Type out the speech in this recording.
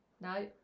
No